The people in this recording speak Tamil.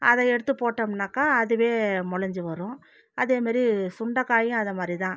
அதை எடுத்து போட்டோம்னாக்கா அதுவே மொளஞ்சு வரும் அதே மாரி சுண்டைக்காயும் அது மாதிரி தான்